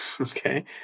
okay